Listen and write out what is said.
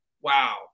wow